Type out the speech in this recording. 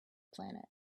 planet